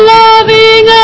loving